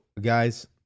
guys